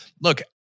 Look